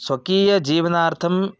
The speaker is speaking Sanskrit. स्वकीयजीवनार्थम्